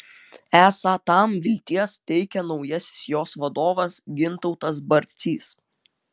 esą tam vilties teikia naujasis jos vadovas gintautas barcys